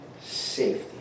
safety